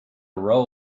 row